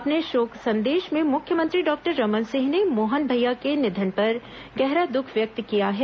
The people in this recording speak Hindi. अपने शोक संदेश में मुख्यमंत्री डॉक्टर रमन सिंह ने मोहन भैया के निधन पर गहरा दुख व्यक्त किया है